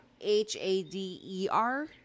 h-a-d-e-r